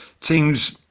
teams